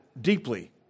deeply